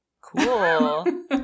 cool